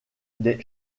des